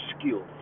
skills